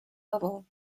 level